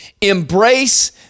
Embrace